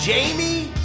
Jamie